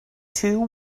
two